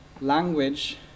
language